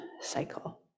cycle